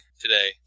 today